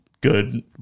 good